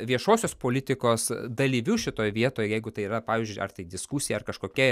viešosios politikos dalyviu šitoj vietoj jeigu tai yra pavyzdžiui ar tai diskusija ar kažkokia